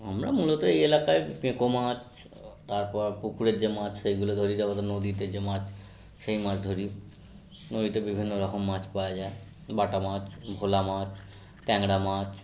আমরা মূলত এই এলাকায় পেঁকো মাছ তারপর পুকুরের যে মাছ সেগুলো ধরি তারপর নদীতে যে মাছ সেই মাছ ধরি নয়তো বিভিন্ন রকম মাছ পাওয়া যায় বাটা মাছ ভোলা মাছ ট্যাংরা মাছ